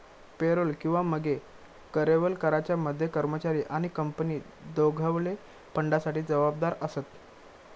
payroll किंवा मगे कर्यबल कराच्या मध्ये कर्मचारी आणि कंपनी दोघवले फंडासाठी जबाबदार आसत